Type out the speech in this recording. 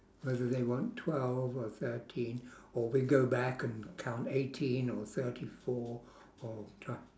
what do they want twelve or thirteen or we go back and count eighteen or thirty four or ta~